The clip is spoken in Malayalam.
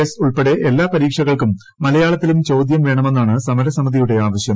എസ് ഉൾപ്പെടെ എല്ലാ പരീക്ഷകൾക്കും മലയാളത്തിലും ച്ചോദ്യം വേണമെന്നാണ് സമരസമിതിയുടെ ആവശ്യം